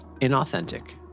inauthentic